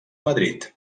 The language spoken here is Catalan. madrid